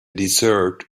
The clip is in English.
desert